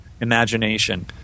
imagination